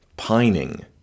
pining